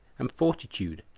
and fortitude,